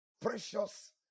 precious